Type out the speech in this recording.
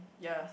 ya